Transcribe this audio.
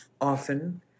often